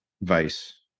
vice